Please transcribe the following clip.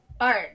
art